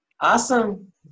Awesome